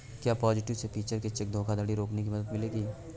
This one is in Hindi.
क्या पॉजिटिव पे फीचर से चेक धोखाधड़ी रोकने में मदद मिलेगी?